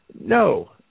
No